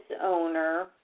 owner